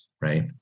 right